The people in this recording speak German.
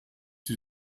die